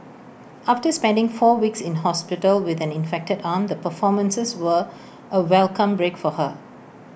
after spending four weeks in hospital with an infected arm the performances were A welcome break for her